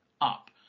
up